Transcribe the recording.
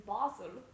Basel